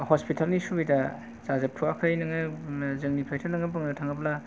hospital नि सुबिदा जाजोबथ'वाखै नोङो जोंनिफ्रायथ' नोङो बुंनो थाङोब्ला